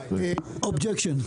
Objection.